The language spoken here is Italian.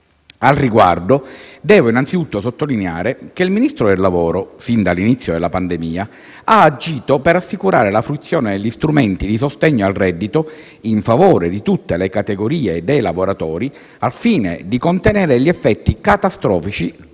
Al riguardo devo innanzitutto sottolineare che il Ministro del lavoro e delle politiche sociali, fin dall'inizio della pandemia, ha agito per assicurare la fruizione e gli strumenti di sostegno al reddito in favore di tutte le categorie dei lavoratori, al fine di contenere gli effetti catastrofici,